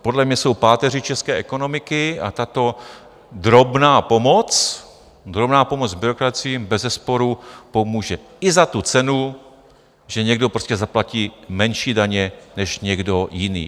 Podle mě jsou páteří české ekonomiky a tato drobná pomoc, drobná pomoc byrokracii bezesporu pomůže, i za tu cenu, že někdo prostě zaplatí menší daně než někdo jiný.